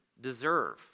deserve